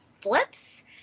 flips